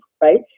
right